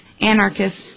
anarchists